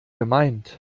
gemeint